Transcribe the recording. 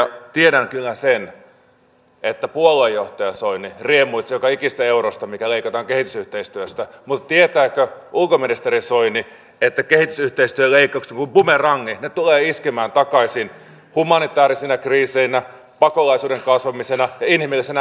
tiedän kyllä sen että puoluejohtaja soini riemuitsee joka ikisestä eurosta mikä leikataan kehitysyhteistyöstä mutta tietääkö ulkoministeri soini että kehitysyhteistyön leikkaukset kuin bumerangit tulevat iskemään takaisin humanitäärisinä kriiseinä pakolaisuuden kasvamisena ja inhimillisenä hätänä